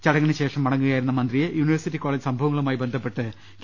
ചടങ്ങിനുശേഷം മടങ്ങുക യായിരുന്ന മന്ത്രിയെ യൂണിവേഴ്സിറ്റി കോളജ് സംഭവങ്ങളുമായി ബന്ധപ്പെട്ട് കെ